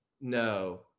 no